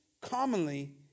commonly